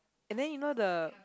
and then you know the